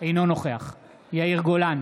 אינו נוכח יאיר גולן,